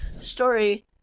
story